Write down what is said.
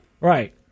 Right